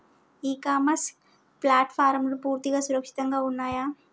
ఇ commerce ప్లాట్ఫారమ్లు పూర్తిగా సురక్షితంగా ఉన్నయా?